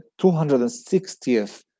260th